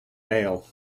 mail